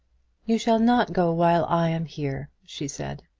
you shall not go while i am here, she said.